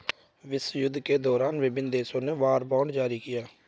विश्वयुद्धों के दौरान विभिन्न देशों ने वॉर बॉन्ड जारी किया